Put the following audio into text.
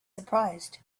surprised